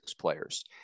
players